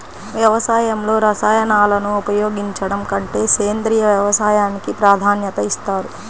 వ్యవసాయంలో రసాయనాలను ఉపయోగించడం కంటే సేంద్రియ వ్యవసాయానికి ప్రాధాన్యత ఇస్తారు